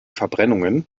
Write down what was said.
verbrennungen